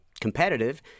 competitive